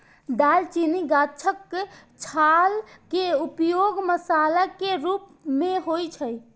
दालचीनी गाछक छाल के उपयोग मसाला के रूप मे होइ छै